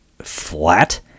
Flat